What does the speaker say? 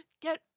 get